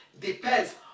depends